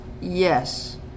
Yes